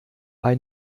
bei